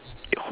ya sure